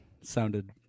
sounded